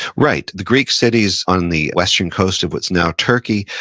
right, the greek cities on the western coast of what's now turkey,